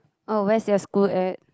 oh where's your school at